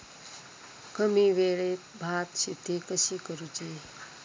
कमी वेळात भात शेती कशी करुची?